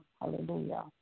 Hallelujah